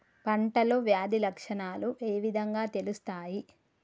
పంటలో వ్యాధి లక్షణాలు ఏ విధంగా తెలుస్తయి?